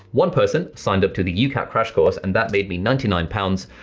one person signed up to the ucat crash course and that made me ninety nine pounds,